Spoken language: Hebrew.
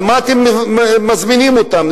על מה אתם מזמינים אותם,